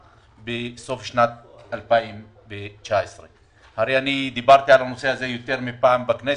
בסוף 2019. הרי דיברתי על הנושא הזה יותר מפעם בכנסת,